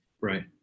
right